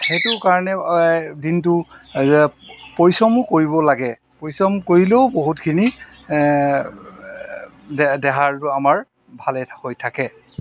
সেইটোৰ কাৰণে দিনটো পৰিশ্ৰমো কৰিব লাগে পৰিশ্ৰম কৰিলেও বহুতখিনি দেহাটো আমাৰ ভালে হৈ থাকে